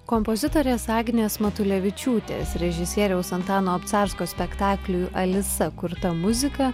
kompozitorės agnės matulevičiūtės režisieriaus antano obcarsko spektakliui alisa kurta muzika